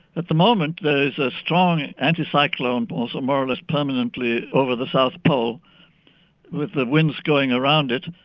at the moment there is a strong anticyclone but so more or less permanently over the south pole with the winds going around it,